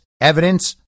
evidence